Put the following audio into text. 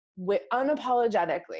Unapologetically